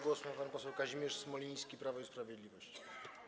Głos ma pan poseł Kazimierz Smoliński, Prawo i Sprawiedliwość.